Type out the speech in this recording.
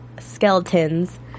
skeletons